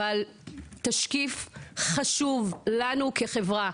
אבל זה גם תשקיף חשוב לנו כחברה.